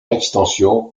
extension